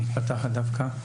מתפתחת דווקא,